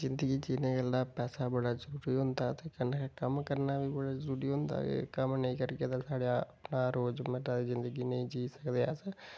जिंदगी जीने गल्ला पैसा बड़ा जरूरी होंदा ते कन्नै कम्म करना बी बड़ा जरूरी होंदा जे कम्म नेईं करगे ते साढ़े रोजमर्रा दी जिंदगी नेईं जी सकगे अस